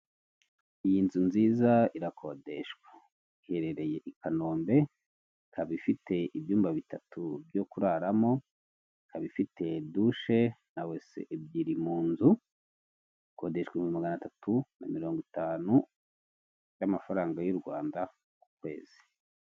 Iyi nzu nziza irakodeshwa iherereye i Kanombe ikaba ifite ibyumba bitatu byo kuraramo, ikaba ifite dushe na wese ebyiri mu nzu. Ikodeshwa ibihumbi magana atatu na mirongo itanu y'amafaranga y'u Rwanda ku kwezi.